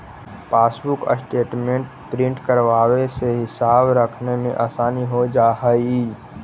passbook statement print करवावे से हिसाब रखने में आसानी हो जा हई